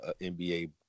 NBA